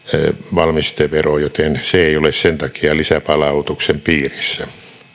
valmistevero joten se ei ole sen takia lisäpalautuksen piirissä